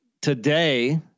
today